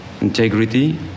integrity